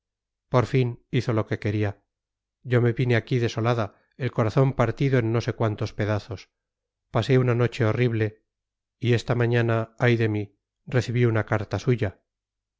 por fin hizo lo que quería yo me vine aquí desolada el corazón partido en no sé cuántos pedazos pasé una noche horrible y esta mañana ay de mí recibí una carta suya